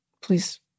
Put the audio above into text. Please